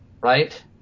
right